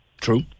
True